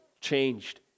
changed